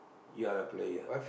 you are the player